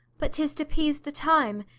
but tis to peise the time,